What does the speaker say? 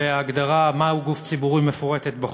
וההגדרה מהו גוף ציבורי מפורטת בחוק,